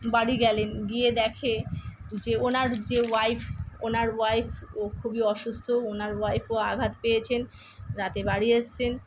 বাড়ি গেলেন গিয়ে দেখে যে ওনার যে ওয়াইফ ওনার ওয়াইফও খুবই অসুস্থ ওনার ওয়াইফও আঘাত পেয়েছেন রাতে বাড়ি এসেছেন